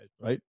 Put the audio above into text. right